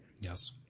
Yes